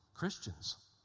Christians